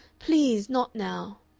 please not now.